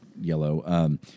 yellow